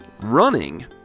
Running